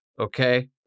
okay